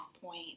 point